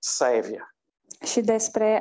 savior